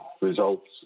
results